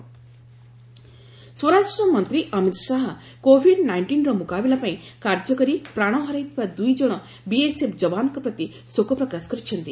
Shah BSF soldier ସ୍ୱରାଷ୍ଟ୍ର ମନ୍ତ୍ରୀ Amit Shah Covid ନାଇଷ୍ଟିନ୍ର ମୁକାବିଲା ପାଇଁ କାର୍ଯ୍ୟ କରି ପ୍ରାଣ ହରାଇଥିବା ଦୁଇ ଜଣ ବିଏସ୍ଏଫ୍ ଯବାନଙ୍କ ପ୍ରତି ଶୋକ ପ୍ରକାଶ କରିଛନ୍ତି